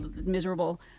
miserable